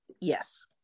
yes